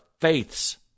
faith's